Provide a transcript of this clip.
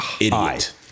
idiot